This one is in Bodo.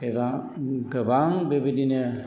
एबा गोबां बेबायदिनो